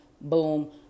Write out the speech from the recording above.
boom